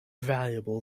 valuable